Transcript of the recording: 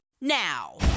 now